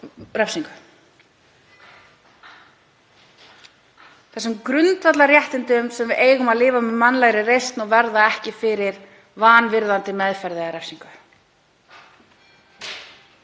þeim grundvallarréttindum að við eigum að lifa með mannlegri reisn og verða ekki fyrir vanvirðandi meðferð eða refsingu.